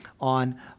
on